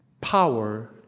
power